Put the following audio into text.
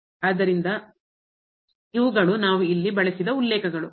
ಆದ್ದರಿಂದ ಇವುಗಳು ನಾವು ಇಲ್ಲಿ ಬಳಸಿದ ಉಲ್ಲೇಖಗಳು